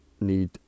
need